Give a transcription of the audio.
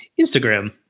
Instagram